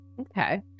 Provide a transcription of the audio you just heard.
okay